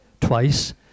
twice